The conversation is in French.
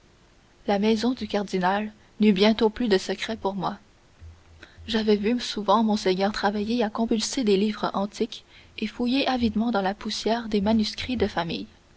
la maison du cardinal n'eut bientôt plus de secrets pour moi j'avais vu souvent monseigneur travailler à compulser des livres antiques et fouiller avidement dans la poussière des manuscrits de famille